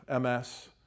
MS